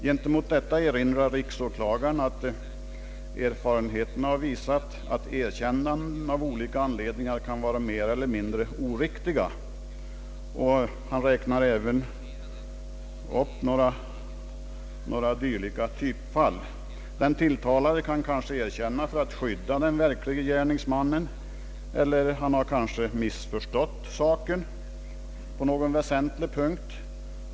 Gentemot detta erinrar riksåklagaren att »erfarenheten har visat att erkännanden av olika anledningar kan vara mer eller mindre oriktiga». Han räknar även upp några dylika typfall. Den tilltalade kan kanske erkänna för att skydda den verkliga gärningsmannen, eller han har kanske missförstått saken på någon väsentlig punkt.